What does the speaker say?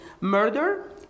murder